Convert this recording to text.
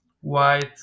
white